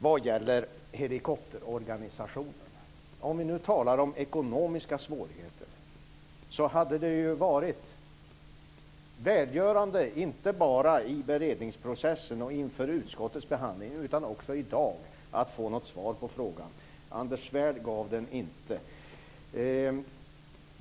Jag skall nu beröra frågan om helikopterorganisationen. Eftersom vi talar om ekonomiska svårigheter hade det varit välgörande att få ett svar på frågan inte bara i beredningsprocessen och inför utskottets behandling, utan också i dag. Anders Svärd gav inget svar.